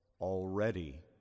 already